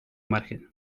margen